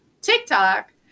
TikTok